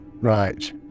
Right